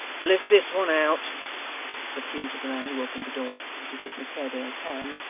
lift this one out said hugh to the man who opened the door, as he took miss haredale's hand,